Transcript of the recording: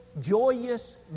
joyous